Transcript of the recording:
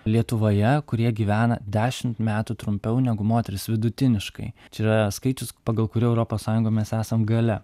lietuvoje kurie gyvena dešimt metų trumpiau negu moterys vidutiniškai čia skaičius pagal kurį europos sąjungoj mes esam gale